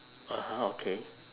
(uh huh) okay